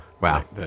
Wow